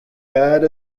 bad